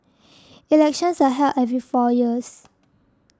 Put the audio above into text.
elections are held every four years